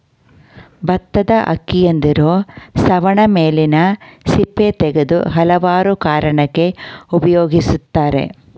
ಬತ್ತದ ಅಕ್ಕಿಯಂತಿರೊ ನವಣೆ ಮೇಲಿನ ಸಿಪ್ಪೆ ತೆಗೆದು ಹಲವಾರು ಕಾರಣಕ್ಕೆ ಉಪಯೋಗಿಸ್ತರೆ